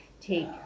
take